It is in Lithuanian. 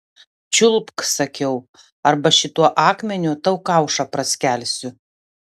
čiulpk sakiau arba šituo akmeniu tau kaušą praskelsiu